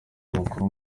makuru